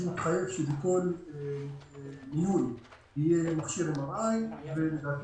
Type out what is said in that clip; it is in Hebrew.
שבו הוא התחייב שבכל מיון יהיה מכשיר MRI. לדעתי,